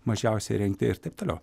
mažiausiai įrengti ir taip toliau